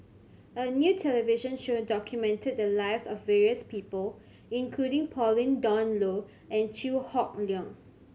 a new television show documented the lives of various people including Pauline Dawn Loh and Chew Hock Leong